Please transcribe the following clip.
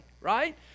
Right